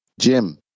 Jim